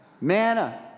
Manna